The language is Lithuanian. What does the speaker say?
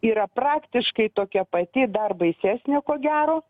yra praktiškai tokia pati dar baisesnė ko gero